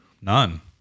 None